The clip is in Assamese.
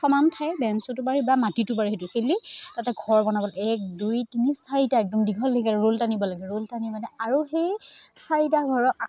সমান ঠাই বেঞ্চটো পাৰি বা মাটিটো পাৰি সেইটো খেলি তাতে ঘৰ বনাবলৈ এক দুই তিনি চাৰিটা একদম দীঘল দীঘে ৰোল টানিব লাগে ৰোল টানি মানে আৰু সেই চাৰিটা ঘৰৰ